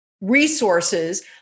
resources